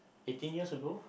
eighteen years ago